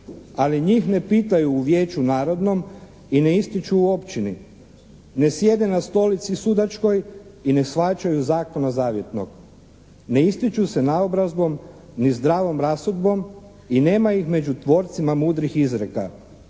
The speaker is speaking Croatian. Ali njih ne pitaju u Vijeću narodnom i ne ističu u općini. Ne sjede na stolici sudačkoj i ne shvaćaju Zakon o zavjetnom. Ne ističu se naobrazbom, ni zdravom rasudbom i nema ih među tvorcima mudrih izreka.